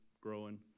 growing